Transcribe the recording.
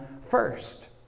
first